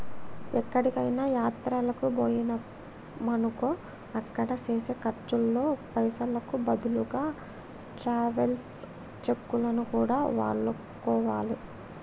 ఎక్కడికైనా యాత్రలకు బొయ్యినమనుకో అక్కడ చేసే ఖర్చుల్లో పైసలకు బదులుగా ట్రావెలర్స్ చెక్కులను కూడా వాడుకోవాలే